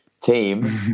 team